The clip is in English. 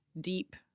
deep